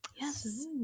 Yes